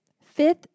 fifth